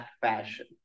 fashion